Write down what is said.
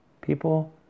People